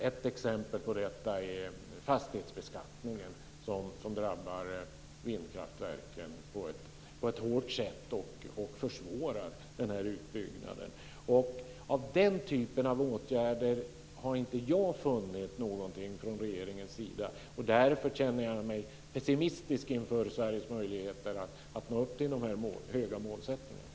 Ett exempel på detta är fastighetsbeskattningen, som drabbar vindkraftverken på ett hårt sätt och försvårar utbyggnaden. Den typen av åtgärder från regeringens sida har inte jag funnit. Därför känner jag mig pessimistisk inför Sveriges möjligheter att nå upp till de höga målsättningarna.